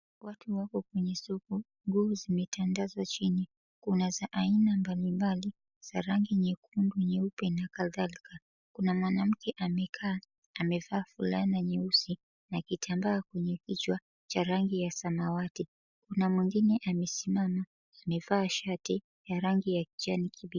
Watu wako kwenye soko, nguo zimetandazwa chini kuna za aina mbalimbali za rangi nyekundu, nyeupe na kadhalika. Kuna mwanamke amekaa amevaa fulana nyeusi na kitambaa kwenye kichwa cha rangi ya samawati kuna mwingine amesimama amevaa shati ya rangi ya kijani kibichi.